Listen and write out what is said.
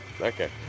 okay